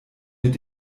mit